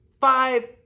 five